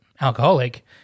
alcoholic